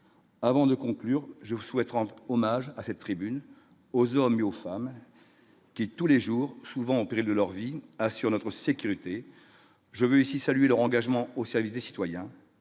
avant de conclure : je vous souhaite rendre hommage à cette tribune aux hommes et aux femmes qui tous les jours, souvent au péril de leur vie, assure notre sécurité, je veux aussi saluer leur engagement au service des citoyens